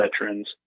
veterans